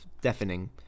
deafening